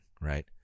right